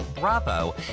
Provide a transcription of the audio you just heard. Bravo